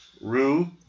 Rue